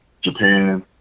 Japan